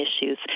issues